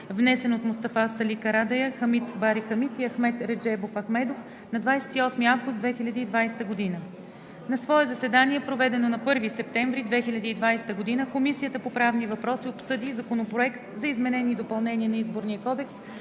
внесен от Мустафа Сали Карадайъ, Хамид Бари Хамид и Ахмед Реджебов Ахмедов на 28 август 2020 г. На свое заседание, проведено на 1 септември 2020 г., Комисията по правни въпроси обсъди Законопроект за изменение и допълнение на Изборния кодекс,